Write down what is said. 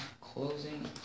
closing